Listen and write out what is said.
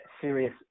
serious